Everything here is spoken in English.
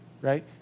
Right